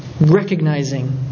recognizing